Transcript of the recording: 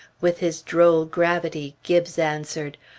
with his droll gravity, gibbes answered,